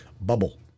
bubble